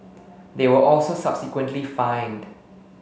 they were also subsequently fined